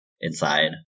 inside